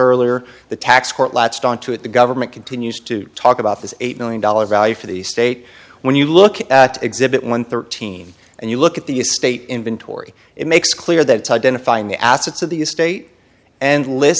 earlier the tax court latched on to it the government continues to talk about this eight million dollars value for the state when you look at exhibit one thirteen and you look at the state inventory it makes clear that identifying the assets of the estate and list